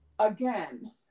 again